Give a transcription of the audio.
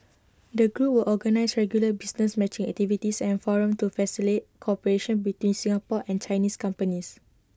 the group will organise regular business matching activities and forums to cooperation between Singapore and Chinese companies